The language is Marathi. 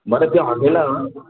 बरं ते हॉटेलं